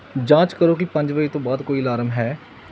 ਜਾਂਚ ਕਰੋ ਕਿ ਪੰਜ ਵਜੇ ਤੋਂ ਬਾਅਦ ਕੋਈ ਅਲਾਰਮ ਹੈ